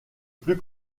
plus